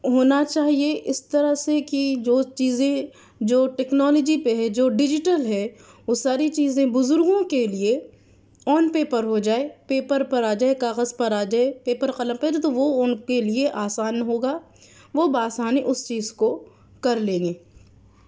ہونا چاہیے اس طرح سے کہ جو چیزیں جو ٹیکنالوجی پہ ہے جو ڈیجیٹل ہے وہ ساری چیزیں بزرگوں کے لیے آن پیپر ہو جائے پیپر پر آ جائے کاغذ پر آ جائے پیپر قلم پہ تو وہ ان کے لیے آسان ہوگا وہ بآسانی اس چیز کو کر لیں گے